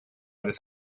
this